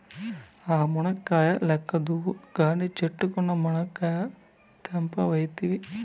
ఆ మునక్కాయ లెక్కేద్దువు కానీ, చెట్టుకున్న మునకాయలు తెంపవైతివే